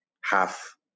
half